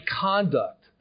conduct